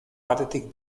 batetik